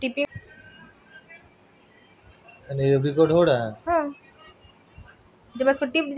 विश्वत हर एक देशेर तना धन निर्माणेर के कुछु मूलभूत सिद्धान्त हछेक